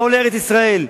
באו לארץ-ישראל.